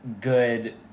good